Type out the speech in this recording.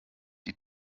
die